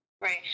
Right